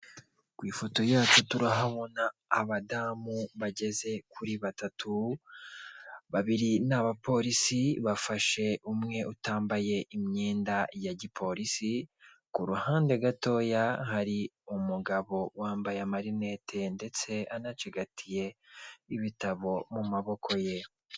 Ku ifoto yacu turahabona abadamu bageze kuri batatu, babiri ni abapolisi bafashe umwe utambaye imyenda ya gipolisi, ku ruhande gatoya hari umugabo wambaye amarinete ndetse anacigatiye ibitabo mu maboko ye.